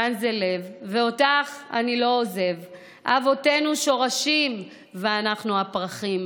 כאן זה לב / ואותך אני לא עוזב / אבותינו שורשים / ואנחנו הפרחים,